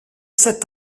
cet